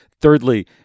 thirdly